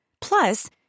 Plus